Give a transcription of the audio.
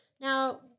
Now